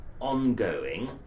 ongoing